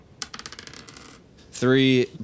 Three